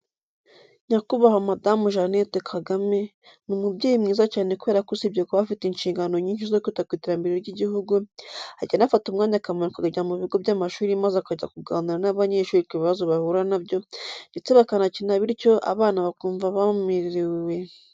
Nyakubahwa Madamu Jeannette Kagame ni umubyeyi mwiza cyane kubera ko usibye kuba aba afite inshingano nyinshi zo kwita ku iterambere ry'igihugu, ajya anafata umwanya akamanuka akajya mu bigo by'amashuri maze akajya kuganira n'abanyeshuri ku bibazo bahura na byo ndetse bakanakina bityo abana bakumva bamerewe.